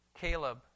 Caleb